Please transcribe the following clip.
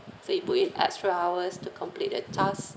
so you put in extra hours to complete the task